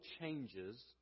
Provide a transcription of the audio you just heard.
changes